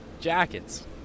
Jackets